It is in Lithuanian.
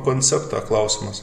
konceptą klausimas